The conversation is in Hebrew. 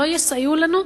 לא יסייעו לנו,